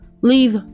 leave